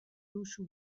duzu